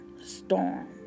storm